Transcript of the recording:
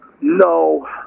No